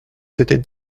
c’était